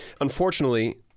Unfortunately